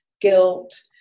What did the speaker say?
guilt